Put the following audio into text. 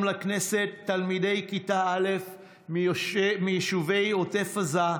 לכנסת תלמידי כיתה א' מיישובי עוטף עזה,